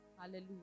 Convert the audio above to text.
Hallelujah